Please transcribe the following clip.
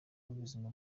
n’ubuzima